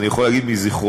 אני יכול להגיד מזיכרוני,